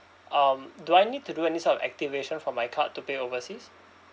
um do I need to do any sort of activation for my card to pay overseas